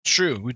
true